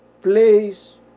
place